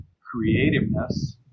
creativeness